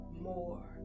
more